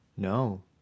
No